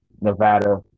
Nevada